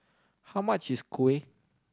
how much is kuih